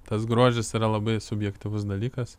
tas grožis yra labai subjektyvus dalykas